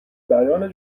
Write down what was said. بیان